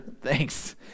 thanks